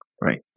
right